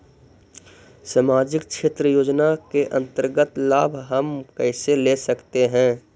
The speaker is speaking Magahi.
समाजिक क्षेत्र योजना के अंतर्गत लाभ हम कैसे ले सकतें हैं?